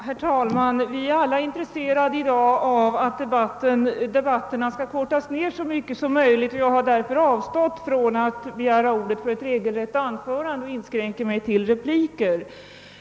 Herr talman! Vi är alla intresserade av att korta ned debatterna i dag så mycket som möjligt, och därför har jag avstått från att begära ordet för ett regelrätt anförande och inskränkt mig till repliker.